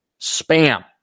spam